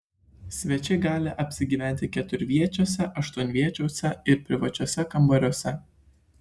svečiai gali apsigyventi keturviečiuose aštuonviečiuose ir privačiuose kambariuose